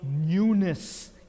newness